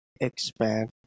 expand